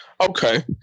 Okay